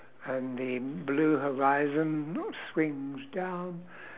and the blue horizon swings down